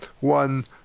one